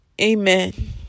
Amen